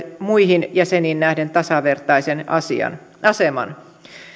muihin jäseniin nähden tasavertaisen aseman